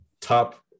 top